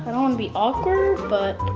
but don't wanna be awkward but,